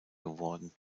geworden